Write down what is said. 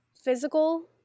physical